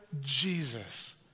Jesus